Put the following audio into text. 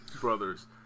Brothers